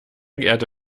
geehrte